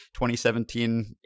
2017